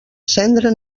cendra